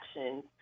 actions